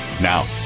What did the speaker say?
Now